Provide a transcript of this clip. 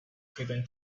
tribune